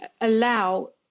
allow